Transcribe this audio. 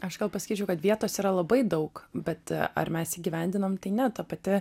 aš gal pasakyčiau kad vietos yra labai daug bet ar mes įgyvendinam tai ne ta pati